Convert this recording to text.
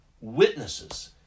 Witnesses